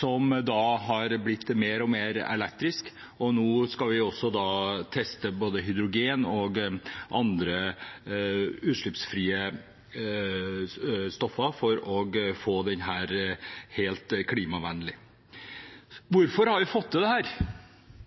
som har blitt mer og mer elektrisk. Nå skal også både hydrogen og andre utslippsfrie drivstoff testes for å få ferjetrafikken helt klimavennlig. Hvordan har vi fått til dette? Kommuner og fylkeskommuners innsats har ikke vært ubetydelig. Politikerne der har vært dyktige og framoverlente. Det